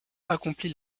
accomplit